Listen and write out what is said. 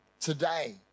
today